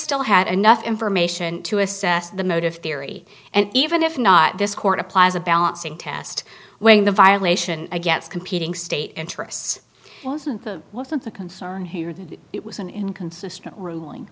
still had enough information to assess the motive theory and even if not this court applies a balancing test when the violation against competing state interests wasn't the wasn't the concern here that it was an inconsistent ruling